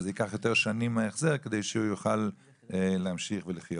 אבל זה ייקח יותר שנים ההחזר כדי שהוא יוכל להמשיך ולחיות.